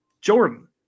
Jordan